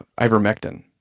ivermectin